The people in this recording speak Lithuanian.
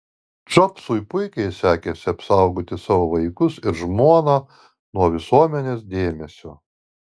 džobsui puikiai sekėsi apsaugoti savo vaikus ir žmoną nuo visuomenės dėmesio